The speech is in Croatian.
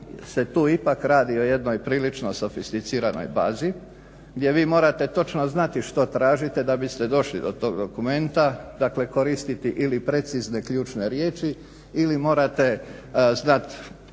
se tu ipak radi o jednoj prilično sofisticiranoj bazi gdje vi morate točno znati što tražite da biste došli do tog dokumenta dakle koristiti ili precizne ključne riječi ili morate znati